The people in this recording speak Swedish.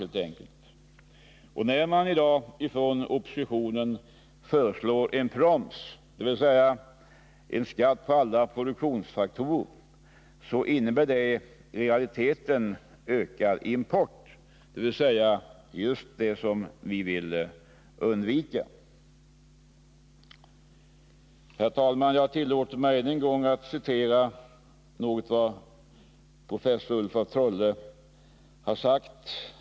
Den proms som oppositionen föreslår, dvs. en skatt på alla produktionsfaktorer, skulle i realiteten medföra ökad import, alltså just det som vi vill undvika. Herr talman! Jag tillåter mig att än en gång citera professor Ulf af Trolle.